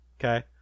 Okay